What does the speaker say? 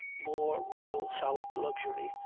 more real solid luxury,